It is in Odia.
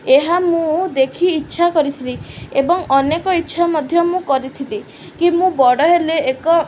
ଏହା ମୁଁ ଦେଖି ଇଚ୍ଛା କରିଥିଲି ଏବଂ ଅନେକ ଇଚ୍ଛା ମଧ୍ୟ ମୁଁ କରିଥିଲି କି ମୁଁ ବଡ଼ ହେଲେ ଏକ